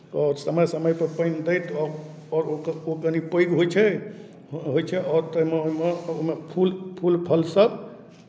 आओर समय समयपर पानि दैत आओर ओ क् ओ ओ कनि पैघ होइ छै होइ छै आओर तहन ओहिमे ओहिमे फूल फूल फलसभ